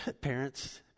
Parents